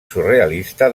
surrealista